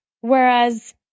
Whereas